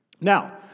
Now